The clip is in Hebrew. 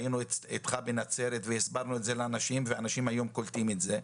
היינו איתך בנצרת והסברנו את זה לאנשים והאנשים היום קולטים את זה.